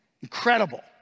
Incredible